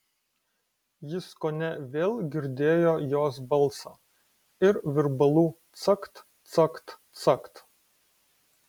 jis kone vėl girdėjo jos balsą ir virbalų cakt cakt cakt